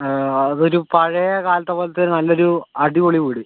അതൊരു പഴയകാലത്തെ പോലത്തെ നല്ലൊരു അടിപൊളി വീട്